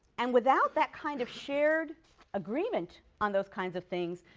and without that kind of shared agreement on those kinds of things,